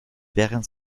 während